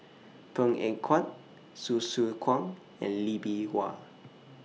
Png Eng Huat Kwang and Lee Bee Wah